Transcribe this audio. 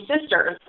sisters